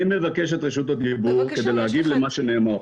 אני מבקש את רשות הדיבור כדי להגיב למה שנאמר פה.